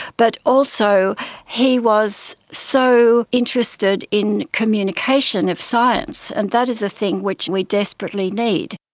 but also he was so interested in communication of science, and that is a thing which we desperately need.